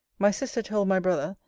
my sister told my brother,